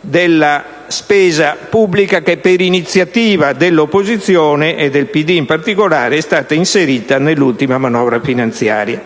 della spesa pubblica che, per iniziativa dell'opposizione, e del PD in particolare, è stata inserita nell'ultima manovra finanziaria.